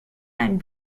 and